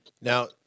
Now